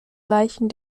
leichen